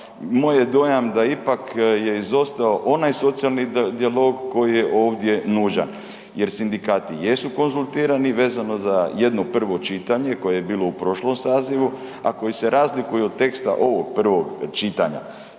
je dojam da ipak je izostao onaj socijalni dijalog koji je ovdje nužan jer sindikati jesu konzultirani vezano za jedno prvo čitanje koje je bilo u prošlom sazivu, a koji se razlikuju od teksta ovog prvog čitanja.